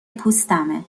پوستمه